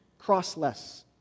crossless